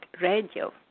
Radio